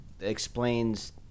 explains